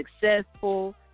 successful